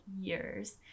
years